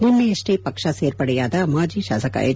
ನಿನ್ನೆಯಷ್ಷೇ ಪಕ್ಷ ಸೇರ್ಪಡೆಯಾದ ಮಾಜಿ ಶಾಸಕ ಎಚ್